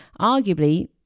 arguably